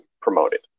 promoted